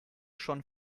schon